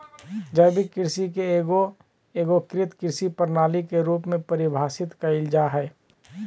जैविक कृषि के एगो एगोकृत कृषि प्रणाली के रूप में परिभाषित कइल जा हइ